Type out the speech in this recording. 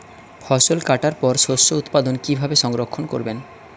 ফসল কাটার পর শস্য উৎপাদন কিভাবে সংরক্ষণ করবেন?